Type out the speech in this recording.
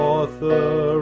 Author